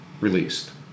released